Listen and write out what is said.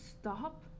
stop